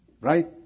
Right